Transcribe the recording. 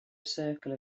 circle